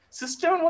system